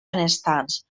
benestants